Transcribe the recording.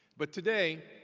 but today